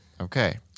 Okay